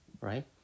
right